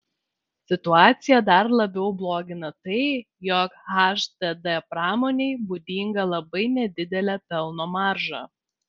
situaciją dar labiau blogina tai jog hdd pramonei būdinga labai nedidelė pelno marža